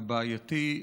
הבעייתי,